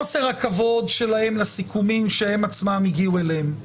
חוסר הכבוד שלהם לסיכומים שהם עצמם הגיעו אליהם,